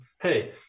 hey